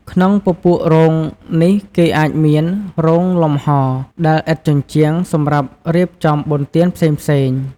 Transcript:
ក្នុងពពួករោងនេះគេអាចមាន “រោងលំហ” ដែលឥតជញ្ជាំង សម្រាប់រៀបចំបុណ្យទានផ្សេងៗ។